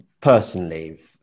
personally